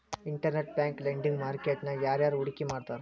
Internet bank lending market ನ್ಯಾಗ ಯಾರ್ಯಾರ್ ಹೂಡ್ಕಿ ಮಾಡ್ತಾರ?